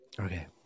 okay